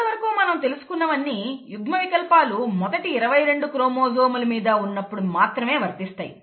ఇప్పటివరకు మనం తెలుసుకున్నవన్నీ యుగ్మ వికల్పాలు మొదటి ఇరవై రెండు క్రోమోజోముల మీద ఉన్నప్పుడు మాత్రమే వర్తిస్తాయి